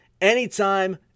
anytime